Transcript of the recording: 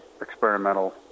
experimental